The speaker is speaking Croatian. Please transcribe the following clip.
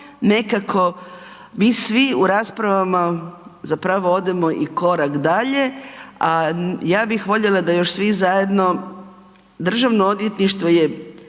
nekako mi smo u raspravama zapravo odemo i korak dalje a ja bih voljela da još svi zajedno, Državno odvjetništvo je